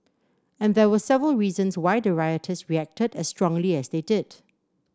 and there were several reasons why the rioters reacted as strongly as they did